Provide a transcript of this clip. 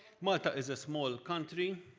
malta is a small country,